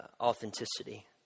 authenticity